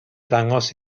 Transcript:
dangos